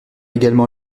également